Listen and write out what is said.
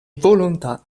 volontà